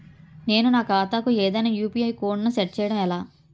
నేను నా ఖాతా కు ఏదైనా యు.పి.ఐ కోడ్ ను సెట్ చేయడం ఎలా?